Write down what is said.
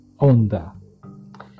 Onda